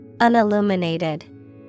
unilluminated